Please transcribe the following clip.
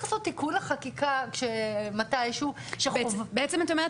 לעשות תיקון לחקיקה מתי שהוא -- בעצם את אומרת